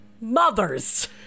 mothers